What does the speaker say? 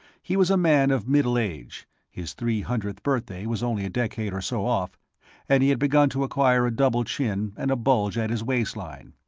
he was a man of middle age his three hundredth birthday was only a decade or so off and he had begun to acquire a double chin and a bulge at his waistline.